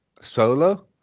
solo